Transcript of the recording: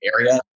area